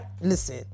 Listen